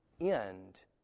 end